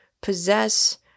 possess